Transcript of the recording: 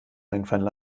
einfallen